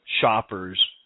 shoppers